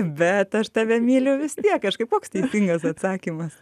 bet aš tave myliu vis tiek kažkaip koks teisingas atsakymas